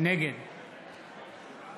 נגד